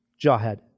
Jawhead